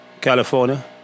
California